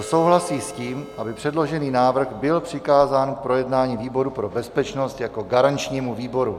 Kdo souhlasí s tím, aby předložený návrh byl přikázán k projednání výboru pro bezpečnost jako garančnímu výboru?